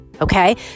Okay